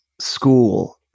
school